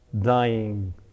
dying